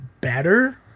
better